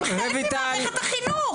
הם חלק ממערכת החינוך.